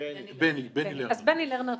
בני לרנר,